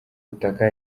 butaka